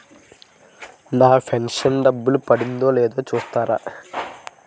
నా pension డబ్బులు పడిందో లేదో చూస్తారా?